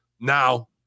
Now